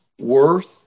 worth